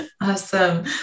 Awesome